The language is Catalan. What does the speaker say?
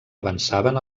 avançaven